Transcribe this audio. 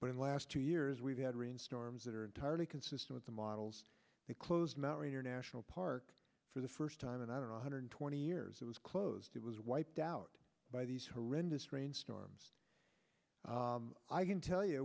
but in the last two years we've had rain storms that are entirely consistent with the models they closed mount rainier national park for the first time and i don't know a hundred twenty years it was closed it was wiped out by these horrendous rain storms i can tell you